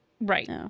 Right